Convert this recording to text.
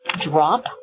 drop